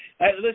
Listen